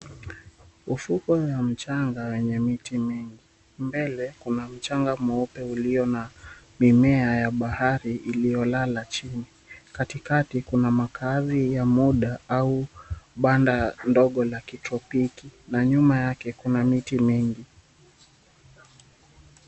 Ufukwe wa mchanga wenye miti mingi. Mbele kuna mchanga mweupe ulio na mimea ya bahari iliyolala chini. Katikati kuna makaazi ya muda au banda dogo la kitropiki na nyuma yake kuna miti mingi.